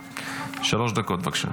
שלוש דקות בבקשה.